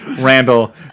Randall